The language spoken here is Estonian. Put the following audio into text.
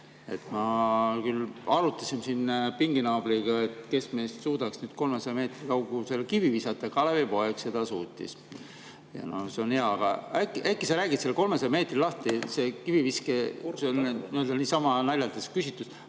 Me küll arutasime siin pinginaabriga, kes meist suudaks 300 meetri kaugusele kivi visata, Kalevipoeg seda suutis. See on hea. Aga äkki sa räägid selle 300 meetri lahti. See kiviviske asi oli niisama naljatades küsitud.